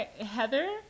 Heather